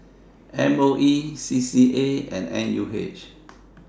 M O E C C A and N U H